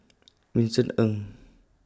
Vincent N